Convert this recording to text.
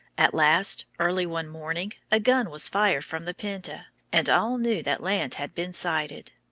at last, early one morning, a gun was fired from the pinta, and all knew that land had been sighted.